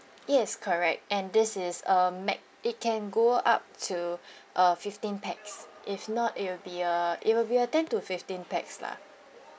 yes correct and this is a max it can go up to uh fifteen pax if not it will be uh it will be uh ten to fifteen pax lah